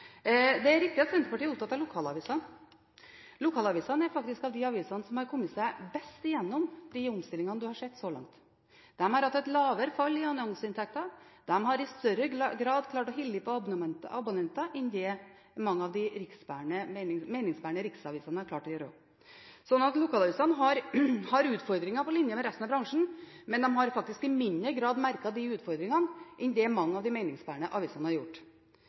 Det er riktig at Senterpartiet er opptatt av lokalavisene. Lokalavisene er faktisk blant de avisene som har kommet seg best gjennom de omstillingene man har sett så langt. De har hatt et lavere fall i annonseinntektene, og de har i større grad klart å holde på abonneentene enn mange av de meningsbærende riksavisene har klart å gjøre. Lokalavisene har utfordringer på linje med resten av bransjen, men de har faktisk i mindre grad merket de utfordringene enn mange av de meningsbærende avisene har gjort.